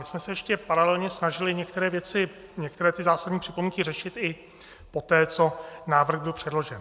My jsme se ještě paralelně snažili některé věci, některé ty zásadní připomínky řešit i poté, co návrh byl předložen.